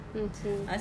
okay